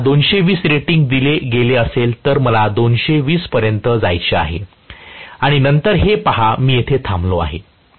जर त्याला 220 रेटिंग साठी दिले गेले असेल तर मला 220 पर्यंत जायचे आहे आणि नंतर हे पहा मी येथे थांबलो आहे